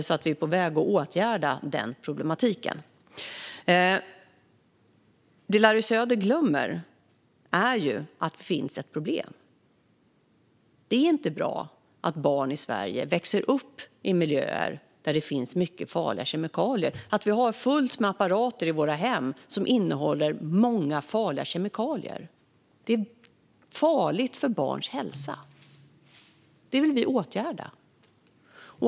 Vi är alltså på väg att åtgärda denna problematik. Larry Söder glömmer att det finns ett problem. Det är inte bra att barn i Sverige växer upp i miljöer där det finns mycket farliga kemikalier - att vi har fullt med apparater i våra hem som innehåller många farliga kemikalier. Det är farligt för barns hälsa. Detta vill vi åtgärda.